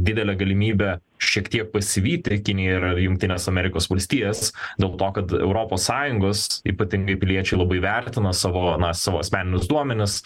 didelę galimybę šiek tiek pasivyti kiniją ir jungtines amerikos valstijas dėl to kad europos sąjungos ypatingai piliečiai labai vertina savo na savo asmeninius duomenis